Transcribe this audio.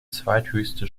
zweithöchste